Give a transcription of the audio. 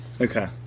Okay